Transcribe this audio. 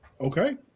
okay